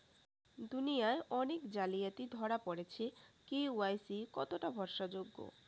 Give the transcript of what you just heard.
দুনিয়ায় অনেক জালিয়াতি ধরা পরেছে কে.ওয়াই.সি কতোটা ভরসা যোগ্য?